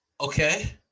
Okay